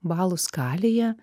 balų skalėje